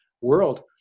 world